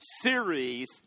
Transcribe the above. series